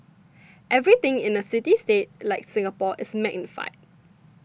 everything in the city state like Singapore is magnified